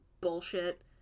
bullshit